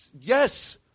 yes